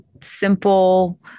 simple